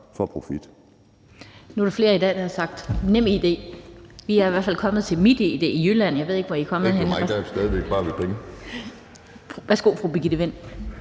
for profit.